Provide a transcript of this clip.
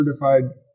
certified